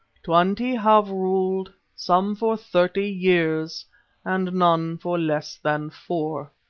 twenty have ruled, some for thirty years and none for less than four.